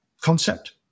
concept